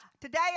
today